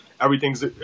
everything's